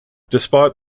despite